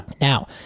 now